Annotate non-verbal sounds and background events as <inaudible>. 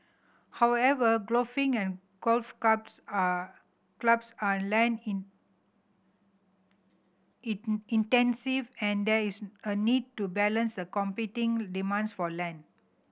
however golfing and golf clubs are clubs are land in <unintelligible> intensive and there is a need to balance a competing demands for land